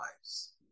lives